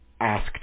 asked